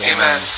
Amen